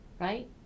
right